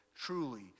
Truly